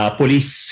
police